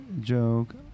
joke